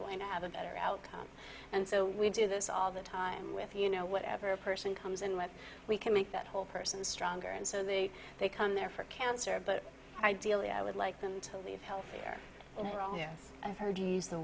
going to have a better outcome and so we do this all the time with you know whatever person comes in when we can make that whole person stronger and so they they come there for cancer but ideally i would like them to leave health care yes i've heard you use the